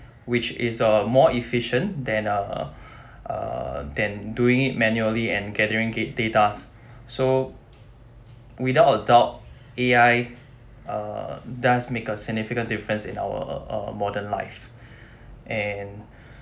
which is uh more efficient than err err than doing it manually and gathering gat~ datas so without a doubt A_I err does make a significant difference in our uh modern life and